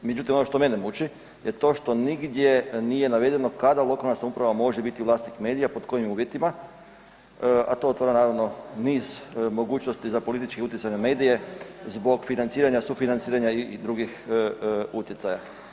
Međutim, ono što mene muči je to što nigdje nije navedeno kada lokalna samouprava može biti vlasnik medija, pod kojim uvjetima, a to otvara naravno niz mogućnosti za politički utjecaj na medije zbog financiranja, sufinanciranja i drugih utjecaja.